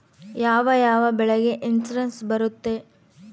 ಯಾವ ಯಾವ ಬೆಳೆಗೆ ಇನ್ಸುರೆನ್ಸ್ ಬರುತ್ತೆ?